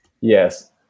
yes